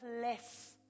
less